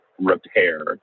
repair